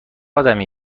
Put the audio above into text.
آدمی